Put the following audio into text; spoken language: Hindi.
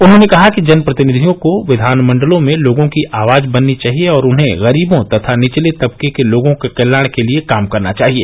उन्होंने कहा कि जन प्रतिनिधियों को विधानमंडलों में लोगों की आवाज बनना चाहिए और उन्हें गरीबों तथा निचले तबके के लोगों के कल्याण के लिए काम करना चाहिए